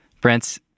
Brent's